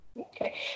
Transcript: Okay